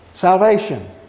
Salvation